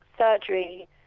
surgery